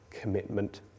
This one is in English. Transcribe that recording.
commitment